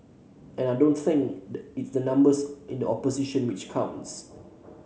and I don't think it's the numbers in the opposition which counts